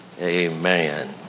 amen